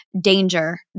danger